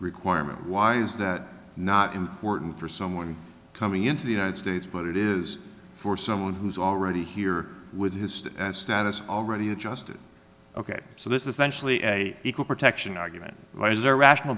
requirement why is that not important for someone coming into the united states but it is for someone who's already here with his status already adjusted ok so this is actually a equal protection argument why is there a rational